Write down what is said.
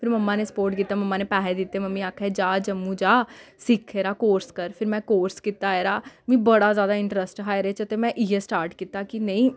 फिर मम्मा ने सपोर्ट कीता मम्मा ने पैहे दित्ते मम्मी आखेआ जा जम्मू जा सिक्ख एह्दा कोर्स कर फिर में कोर्स कीता एह्दा मिगी बड़ा ज्यादा इंटरस्ट हा एह्दे च ते में इ'यै स्टार्ट कीता कि नेईं